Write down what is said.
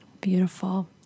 Beautiful